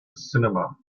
cinema